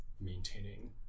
maintaining